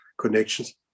connections